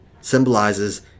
symbolizes